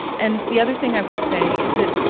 and the other thing i would say is that,